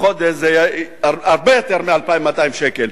בחודש זה הרבה יותר מ-2,200 שקל.